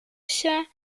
się